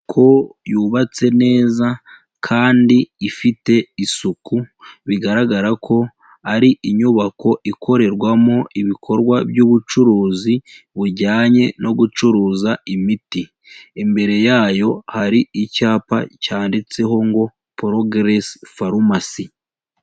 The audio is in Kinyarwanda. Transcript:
Inyubako yubatse neza kandi ifite isuku, bigaragara ko ari inyubako ikorerwamo ibikorwa by'ubucuruzi bujyanye no gucuruza imiti, imbere yayo hari icyapa cyanditseho ngo "Progress Farumasi".